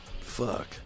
Fuck